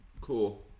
Cool